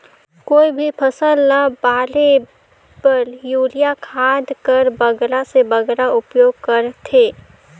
कोई भी फसल ल बाढ़े बर युरिया खाद कर बगरा से बगरा उपयोग कर थें?